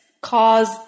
cause